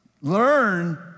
Learn